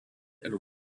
and